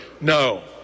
No